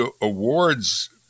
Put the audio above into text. awards